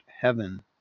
Heaven